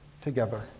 Together